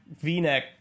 v-neck